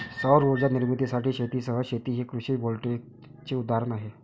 सौर उर्जा निर्मितीसाठी शेतीसह शेती हे कृषी व्होल्टेईकचे उदाहरण आहे